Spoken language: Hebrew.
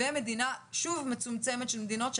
ורשימה מצומצמת של מדינות,